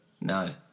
No